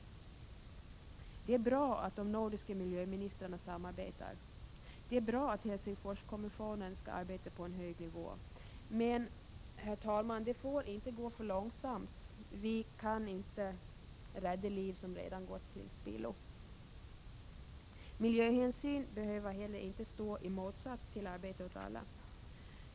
Det är bra att de nordiska miljöministrarna samarbetar. Det är bra att Helsingforskommissionen skall arbeta på en hög nivå. Men, herr talman, det får inte gå för långsamt. Vi kan inte rädda liv som redan gått till spillo. Miljöhänsyn behöver inte stå i motsats till arbete åt alla.